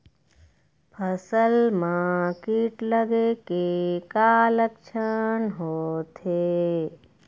फसल म कीट लगे के का लक्षण होथे?